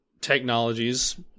technologies